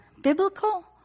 biblical